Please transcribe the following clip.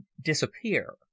disappear